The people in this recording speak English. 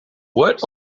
what